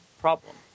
problem